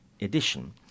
edition